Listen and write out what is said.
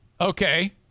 Okay